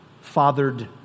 fathered